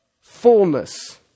fullness